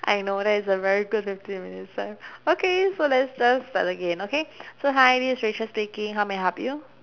I know that is a very good fifty minutes time okay so let's just start again okay so hi this is rachel speaking how may I help you